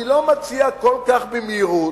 אני לא מציע כל כך במהירות,